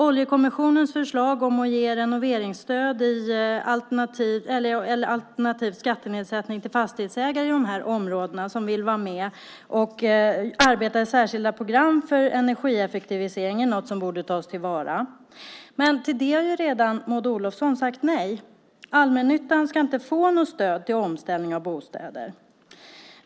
Oljekommissionens förslag om att ge renoveringsstöd alternativt skattenedsättning till fastighetsägare i de här områdena som vill vara med och arbeta i särskilda program för energieffektivisering är något som borde tas till vara. Men till det har Maud Olofsson redan sagt nej. Allmännyttan ska inte få något stöd till omställning av bostäder.